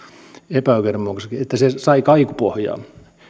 epäoikeudenmukaiseksi sai kaikupohjaa